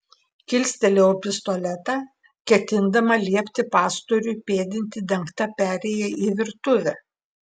kilstelėjau pistoletą ketindama liepti pastoriui pėdinti dengta perėja į virtuvę